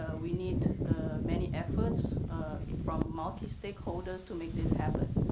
ah we need many efforts from multistakeholders to make this happen,